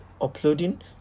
uploading